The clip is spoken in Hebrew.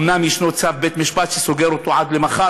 אומנם יש צו בית-משפט שסוגר אותו עד מחר,